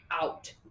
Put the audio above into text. out